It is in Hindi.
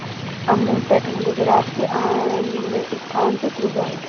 अमूल पैटर्न गुजरात के आणंद स्थान से शुरू हुआ है